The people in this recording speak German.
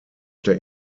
der